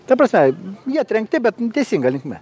ta prasme jie trenkti bet teisinga linkme